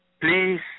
please